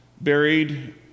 Buried